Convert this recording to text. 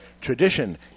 tradition